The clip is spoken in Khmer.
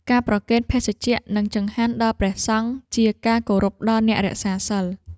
ការប្រគេនភេសជ្ជៈ និងចង្ហាន់ដល់ព្រះសង្ឃ ជាការគោរពដល់អ្នករក្សាសីល។